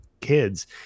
kids